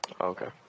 Okay